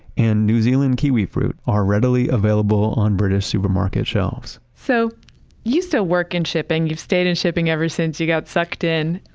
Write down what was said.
and new zealand kiwi fruit are readily available on british supermarket shelves so you still work in shipping. you've stayed in shipping ever since you got sucked in.